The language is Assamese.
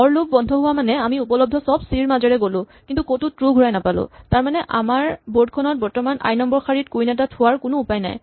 ফৰ লুপ বন্ধ হোৱা মানে আমি উপলব্ধ চব চি ৰ মাজেৰে গ'লো কিন্তু ক'তো ট্ৰো ঘূৰাই নাপালো তাৰমানে আমাৰ বৰ্ডখনত বৰ্তমান আই নম্বৰ শাৰীত কুইন এটা থোৱাৰ কোনো উপায় নাই